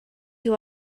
who